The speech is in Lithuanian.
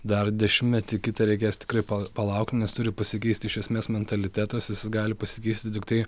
dar dešimtmetį kitą reikės tikrai pa palaukt nes turi pasikeisti iš esmės mentalitetas jis gali pasikeisti tiktai